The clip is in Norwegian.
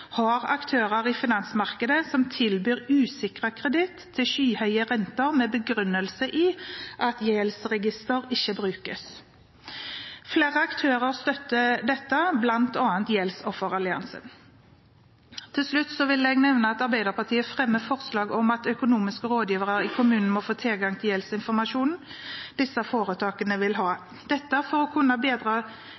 har aktører i finansmarkedet som tilbyr usikret kreditt til skyhøye renter, med begrunnelse i at gjeldsregister ikke brukes. Flere aktører støtter dette, bl.a. Gjeldsoffer-Alliansen. Til slutt vil jeg nevne at Arbeiderpartiet fremmer forslag om at økonomiske rådgivere i kommunene må få tilgang til gjeldsinformasjonen som disse foretakene vil ha,